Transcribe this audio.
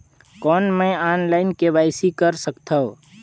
कौन मैं online KYC कर सकथव?